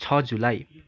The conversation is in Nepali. छ जुलाई